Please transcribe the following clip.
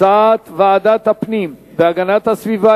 הצעת ועדת הפנים והגנת הסביבה,